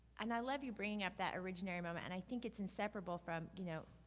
and i love you bringing up that originary moment, and i think it's in separable from, you know,